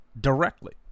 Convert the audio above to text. directly